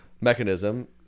mechanism